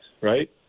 right